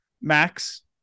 Max